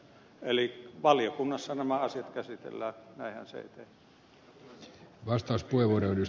eli valiokunnassa nämä asiat käsitellään näinhän se etenee